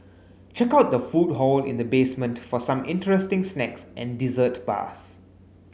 check out the food hall in the basement for some interesting snacks and dessert bars